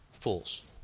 Fools